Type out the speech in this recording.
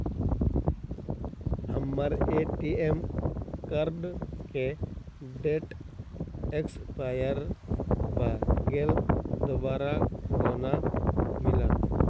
हम्मर ATM card केँ date expire भऽ गेल दोबारा कोना मिलत?